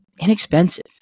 inexpensive